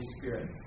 Spirit